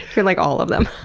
you're like, all of them.